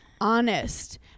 honest